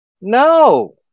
no